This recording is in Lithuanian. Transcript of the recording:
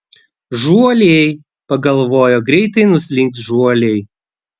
žuoliai pagalvojo greitai nuslinks žuoliai